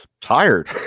tired